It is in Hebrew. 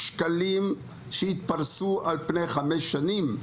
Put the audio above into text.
₪ שהתפרסו על פני חמש שנים,